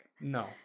no